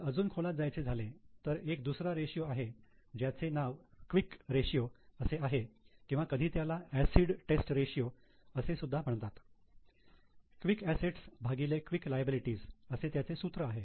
जर अजून खोलात जायचे झाले तर एक दुसरा रेशियो आहे ज्याचे नाव क्विक रेशियो असे आहे किंवा कधी त्याला एसिड टेस्ट रेशियो असे सुद्धा म्हणतात क्विक असेट्स भागिले क्विक लायबिलिटी असे त्याचे सूत्र आहे